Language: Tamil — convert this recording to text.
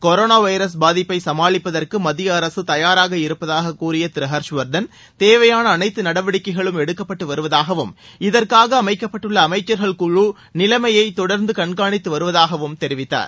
கொரோனா வைரஸ் பாதிப்பை சமாளிப்பதற்கு மத்திய அரசு தயாராக இருப்பதாகக் கூறிய திரு ஹர்ஷ்வர்த்தன் தேவையாள அனைத்து நடவடிக்கைகளும் எடுக்கப்பட்டு வருவதாகவும் இதற்காக அமைக்கப்பட்டுள்ள அமைச்சர்கள் குழு நிலைமையை தொடர்ந்து கண்காணித்து வருவதாகவும் தெரிவித்தார்